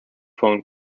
phone